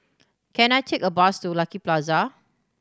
can I take a bus to Lucky Plaza